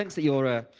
that you are a